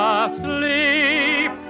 asleep